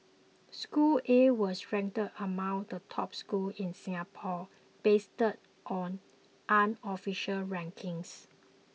school A was ranked among the top schools in Singapore based on unofficial rankings